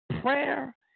Prayer